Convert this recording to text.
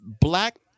Black